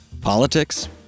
politics